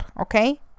Okay